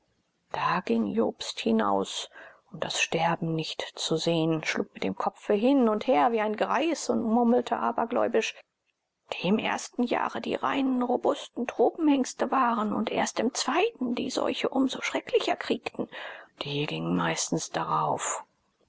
da ging jobst hinaus um das sterben nicht zu sehen schlug mit dem kopfe hin und her wie ein greis und murmelte abergläubisch die im ersten jahre die reinen robusten tropenhengste waren und erst im zweiten die seuche um so schrecklicher kriegten die gingen meistens darauf